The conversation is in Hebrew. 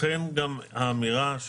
לכן האמירה,